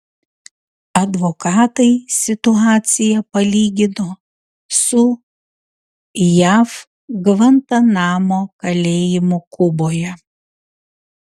advokatai situaciją palygino su jav gvantanamo kalėjimu kuboje